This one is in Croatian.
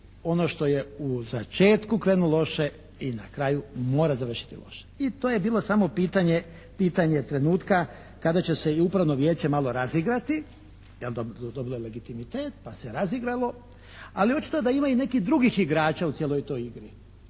ono što je u začetku krenulo loše i na kraju mora završiti loše. I to je bilo samo pitanje trenutka kada će se i upravno vijeće malo razigrati, jer dobilo je legitimitet pa se razigralo, ali očito da ima i nekih drugih igrača u cijeloj toj igri.